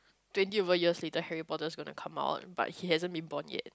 twenty over years later Harry-Potter is gonna come out but he hasn't been born yet